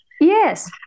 Yes